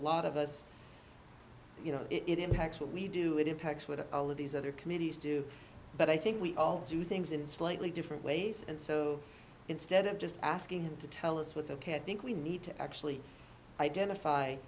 lot of us you know it impacts what we do it impacts what all of these other committees do but i think we all do things in slightly different ways and so instead of just asking him to tell us what's ok i think we need to actually identify